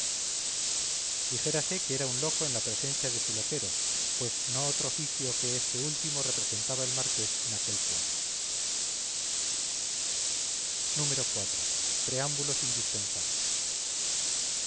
dijérase que era un loco en presencia de su loquero pues no otro oficio que este último representaba el marqués en aquel cuadro iv preámbulos indispensables